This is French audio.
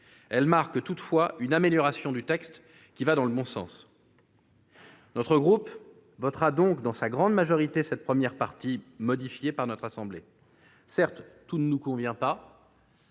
ils marquent toutefois une amélioration du texte qui va dans le bon sens. Notre groupe votera donc, dans sa grande majorité, cette première partie modifiée par notre assemblée. Certes, tout ne nous convient pas.